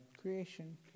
Creation